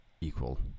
equal